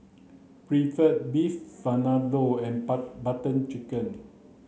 Pretzel Beef Vindaloo and Bar Butter Chicken